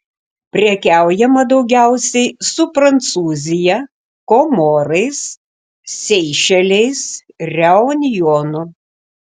prekiaujama daugiausiai su prancūzija komorais seišeliais reunjonu